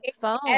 phone